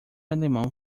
alemão